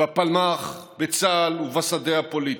בפלמ"ח, בצה"ל ובשדה הפוליטי.